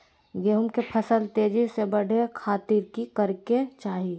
गेहूं के फसल तेजी से बढ़े खातिर की करके चाहि?